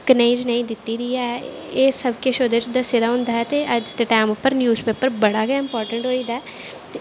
कनेही जनेही दित्ती दी ऐ एह् सब किश ओह्दे च दस्से दा होंदा ऐ ते अज्ज दे टैम उप्पर न्यूज़ पेपर बड़ा गै इम्पार्टेंट होई दा ऐ